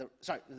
sorry